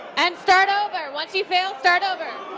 and start over, once you fail start over.